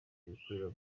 rikorera